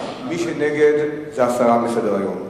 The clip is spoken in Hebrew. מי שנגד הוא בעד הסרה מסדר-היום.